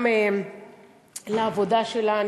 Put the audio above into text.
גם לעבודה שלה,